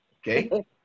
Okay